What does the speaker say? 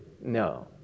No